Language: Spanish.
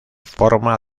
forma